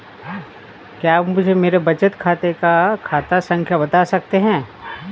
क्या आप मुझे मेरे बचत खाते की खाता संख्या बता सकते हैं?